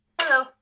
hello